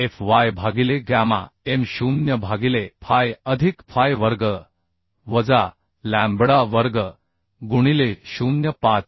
F y भागिले gamma m 0 भागिले phi अधिक फाय वर्ग वजा लॅम्बडा वर्ग गुणिले 0 5